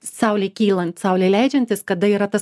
saulei kylant saulei leidžiantis kada yra tas